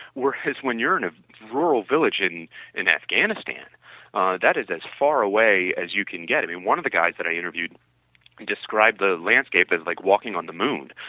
whereas when you're in a rural village in in afghanistan that is as far away as you can get. i mean one of the guys that i interviewed described the landscape is like walking on the moon.